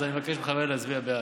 אז אני מבקש מחבריי להצביע בעד.